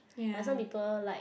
but some people like